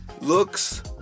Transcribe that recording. looks